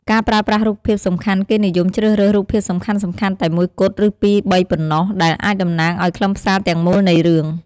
ការប្រើប្រាស់រូបភាពសំខាន់គេនិយមជ្រើសរើស រូបភាពសំខាន់ៗតែមួយគត់ ឬពីរបីប៉ុណ្ណោះ ដែលអាចតំណាងឱ្យខ្លឹមសារទាំងមូលនៃរឿង ។